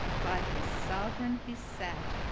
by his sovran he sat,